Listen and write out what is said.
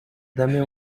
dame